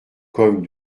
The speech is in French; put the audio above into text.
cogne